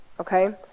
Okay